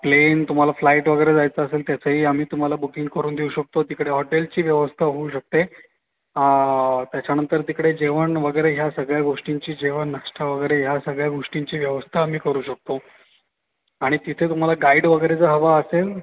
plain तुम्हाला flight वगैरे जायचं असेल त्याचंही आम्ही तुम्हाला बुकिंग करून देऊ शकतो तिकडे हॉटेलची व्यवस्था होऊ शकते त्याच्यानंतर तिकडे जेवण वगैरे ह्या सगळ्या गोष्टींची जेवण नाश्ता वगैरे ह्या सगळ्या गोष्टींची व्यवस्था आम्ही करू शकतो आणि तिथे तुम्हाला गाईड वगैरे जर हवा असेल